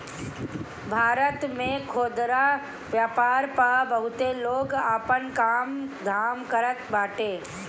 भारत में खुदरा व्यापार पअ बहुते लोग आपन काम धाम करत बाटे